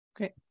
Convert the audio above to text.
Okay